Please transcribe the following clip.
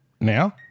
now